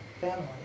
family